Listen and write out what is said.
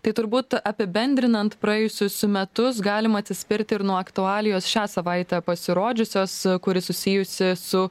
tai turbūt apibendrinant praėjusius metus galima atsispirti ir nuo aktualijos šią savaitę pasirodžiusios kuri susijusi su